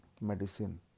medicine